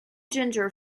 ginger